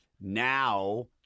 now